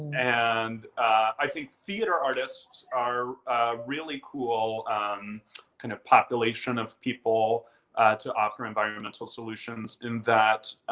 and i think theater artists are really cool kind of population of people to offer environmental solutions in that